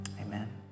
Amen